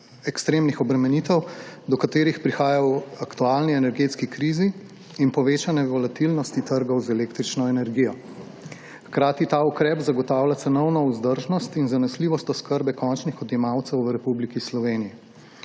ekstremnih obremenitev, do katerih prihaja v aktualni energetski krizi in povečane volatilnosti trgov z električno energijo. Hkrati ta ukrep zagotavlja cenovno vzdržnost in zanesljivost oskrbe končnih odjemalcev v Republiki Sloveniji.